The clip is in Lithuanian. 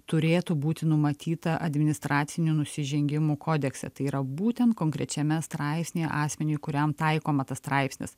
turėtų būti numatyta administracinių nusižengimų kodekse tai yra būtent konkrečiame straipsnyje asmeniui kuriam taikoma tas straipsnis